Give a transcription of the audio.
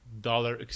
dollar